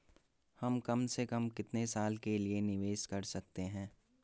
हम कम से कम कितने साल के लिए निवेश कर सकते हैं?